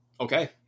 okay